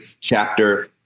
chapter